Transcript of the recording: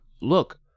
look